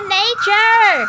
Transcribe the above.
nature